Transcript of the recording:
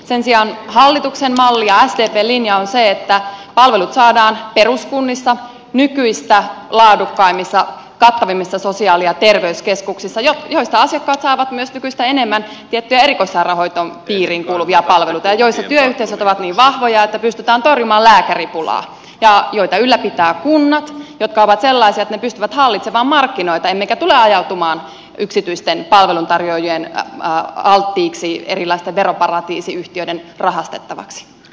sen sijaan hallituksen malli ja sdpn linja on se että palvelut saadaan peruskunnissa nykyistä laadukkaammissa kattavammissa sosiaali ja terveyskeskuksissa joista asiakkaat saavat myös nykyistä enemmän tiettyjä erikoissairaanhoitopiiriin kuuluvia palveluita ja joissa työyhteisöt ovat niin vahvoja että pystytään torjumaan lääkäripulaa ja joita ylläpitävät kunnat jotka ovat sellaisia että ne pystyvät hallitsemaan markkinoita emmekä tule ajautumaan yksityisten palveluntarjoajien alaisuuteen erilaisten veroparatiisiyhtiöiden rahastettavaksi